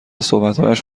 صحبتهایش